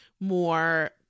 more